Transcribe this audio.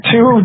Two